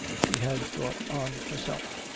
she has brought on herself.